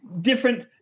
different